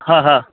हा हा